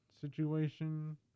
situation